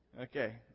Okay